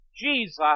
Jesus